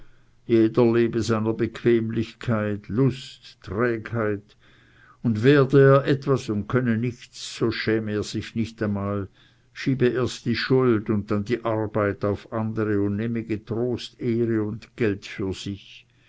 jeder lebe seiner bequemlichkeit lust trägheit und werde er etwas und könne nichts so schäme er sich nicht einmal schiebe erst die schuld und dann die arbeit auf andere und nehme getrost ehre und geld für sich